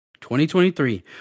2023